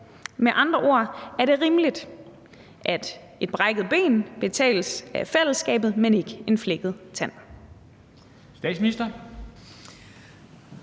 Med andre ord: Er det rimeligt, at et brækket ben betales af fællesskabet, men ikke en flækket tand?